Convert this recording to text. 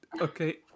okay